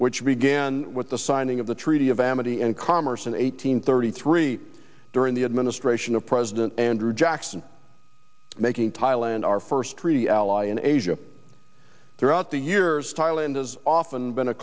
which began with the signing of the treaty of amity and commerce in eight hundred thirty three during the administration of president andrew jackson making thailand our first three ally in asia throughout the years thailand has often been a